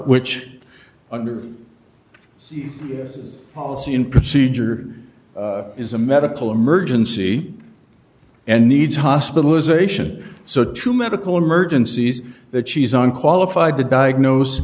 which under this policy in procedure is a medical emergency and needs hospitalization so true medical emergencies that she's on qualified to diagnose